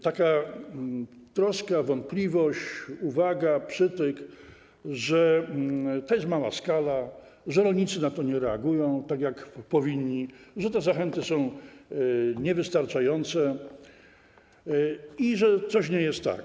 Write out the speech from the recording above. Taka troska, wątpliwość, uwaga, przytyk, że to jest mała skala, że rolnicy na to nie reagują tak, jak powinni, że te zachęty są niewystarczające i że coś nie jest tak.